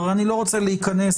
אני לא רוצה להיכנס,